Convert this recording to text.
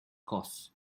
cause